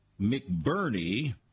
McBurney